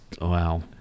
wow